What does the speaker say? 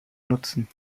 nutzen